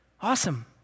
Awesome